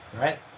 right